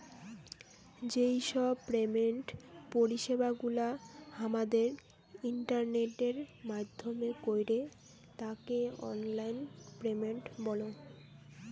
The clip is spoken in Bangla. যেই সব পেমেন্ট পরিষেবা গুলা হামাদের ইন্টারনেটের মাইধ্যমে কইরে তাকে অনলাইন পেমেন্ট বলঙ